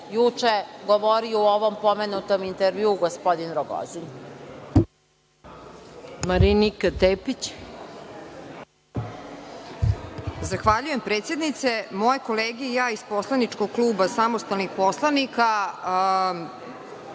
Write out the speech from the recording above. juče govorio u ovom pomenutom intervjuu gospodin Rogozin.